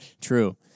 True